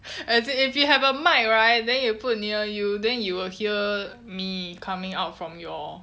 as it if you have a mic right then you put near you then you will hear me coming out from your